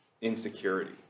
insecurity